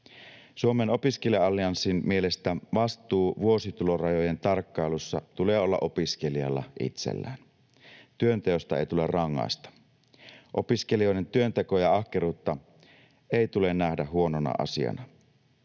Suomen opiskelija-allianssin mielestä vastuu vuositulorajojen tarkkailusta tulee olla opiskelijalla itsellään. Työnteosta ei tule rangaista. Opiskelijoiden työntekoa ja ahkeruutta ei tule nähdä huonona asiana.